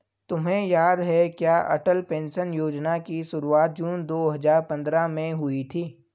तुम्हें याद है क्या अटल पेंशन योजना की शुरुआत जून दो हजार पंद्रह में हुई थी?